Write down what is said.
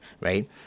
right